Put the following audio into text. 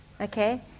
Okay